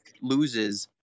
loses